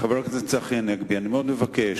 חבר הכנסת צחי הנגבי, אני מאוד מבקש.